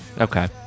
Okay